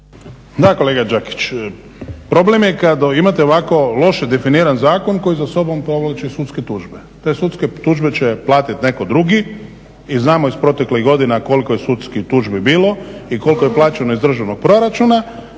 Da kolega Đakić. Problem je kada imate ovako loše definiran zakon koji za sobom povlači sudske tužbe. Te sudske tužbe će platiti netko drugi i znamo iz proteklih godina koliko je sudskih tužbi bilo i koliko je plaćeno iz državnog proračuna